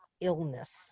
illness